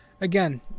Again